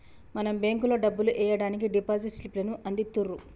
మనం బేంకులో డబ్బులు ఎయ్యడానికి డిపాజిట్ స్లిప్ లను అందిత్తుర్రు